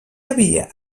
havia